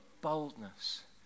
boldness